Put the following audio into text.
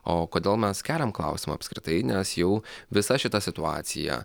o kodėl mes keliam klausimą apskritai nes jau visa šita situacija